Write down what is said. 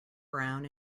brown